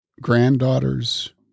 granddaughters